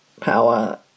power